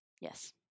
Yes